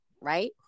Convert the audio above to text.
right